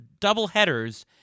doubleheaders